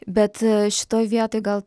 bet šitoj vietoj gal